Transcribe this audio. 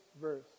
verse